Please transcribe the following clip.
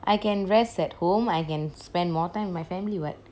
I can rest at home I can spend more time with my family